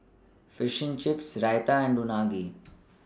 Fishing Chips Raita and Unagi